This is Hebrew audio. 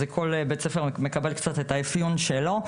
זה כל בית ספר מקבל קצת את האיפיון שלו.